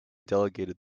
delegated